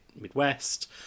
Midwest